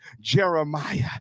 Jeremiah